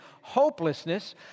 hopelessness